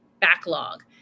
backlog